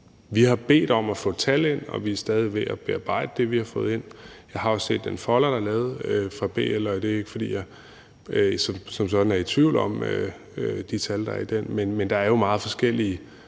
Vi har bedt om at få tal ind, og vi er stadig ved at bearbejde det, vi har fået ind. Jeg har jo set den folder, der er lavet af BL, og det er ikke, fordi jeg som sådan er i tvivl om de tal, der er i den, men der er meget forskellige